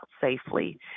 safely